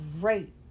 great